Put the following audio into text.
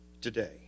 today